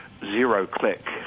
zero-click